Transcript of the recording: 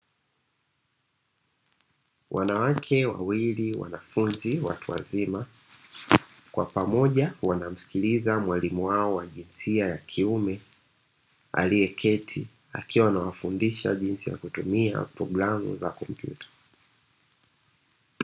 Wanawake wawili wanafunzi watu wazima, kwa pamoja wanamsikiliza mwalimu wao wa jinsia ya kiume; aliyeketi akiwa anawafundisha jinsi ya kutumia programu za kompyuta.